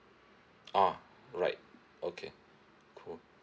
ah right okay cool